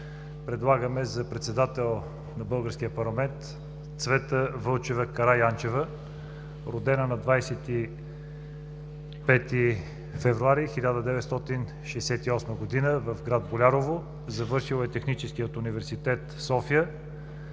предлагаме за председател на българския парламент Цвета Вълчева Караянчева, родена на 25 февруари 1968 г. в гр. Болярово. Завършила е Техническия университет – София.